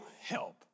help